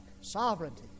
sovereignty